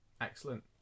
Excellent